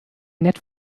nett